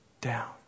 down